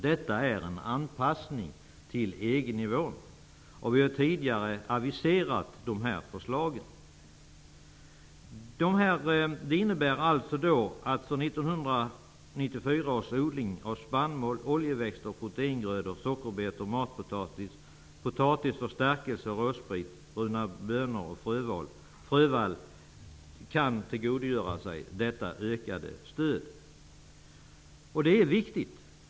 Detta är en anpassning till EG-nivån. Vi har tidigare aviserat dessa förslag. Detta innebär att 1994 års odling av spannmål, oljeväxter, proteingrödor, sockerbetor, matpotatis, potatis för stärkelse och rödsprit, bruna bönor och frövall kan tillgodogöra sig detta ökade stöd, och det är viktigt.